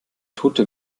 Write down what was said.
tote